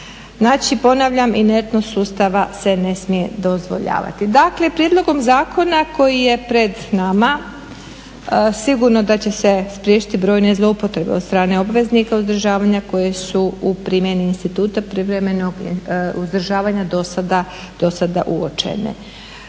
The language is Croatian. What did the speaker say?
Znači, ponavljam inertnost sustava se ne smije dozvoljavati. Dakle, prijedlogom zakona koji je pred nama sigurno da će se spriječiti brojne zloupotrebe od strane obveznika uzdržavanja koje su u primjeni instituta privremenog uzdržavanja dosada uočene.